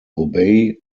obey